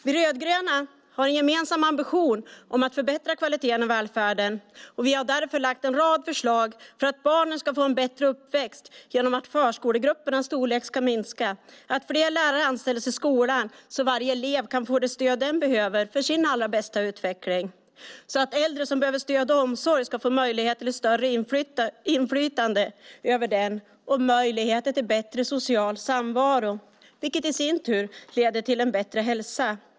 Vi rödgröna har en gemensam ambition att förbättra kvaliteten i välfärden. Vi har därför lagt fram en rad förslag för att barnen ska få en bättre uppväxt genom att förskolegruppernas storlek ska minska, att fler lärare anställs i skolan så att varje elev kan få det stöd den behöver för sin allra bästa utveckling, att äldre som behöver stöd och omsorg får möjligheter till större inflytande över den och möjligheter till bättre social samvaro, vilket i sin tur leder till bättre hälsa.